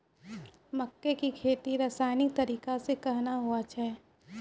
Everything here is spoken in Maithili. मक्के की खेती रसायनिक तरीका से कहना हुआ छ?